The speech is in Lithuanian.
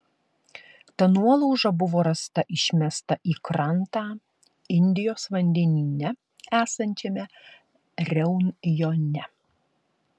ta nuolauža buvo rasta išmesta į krantą indijos vandenyne esančiame reunjone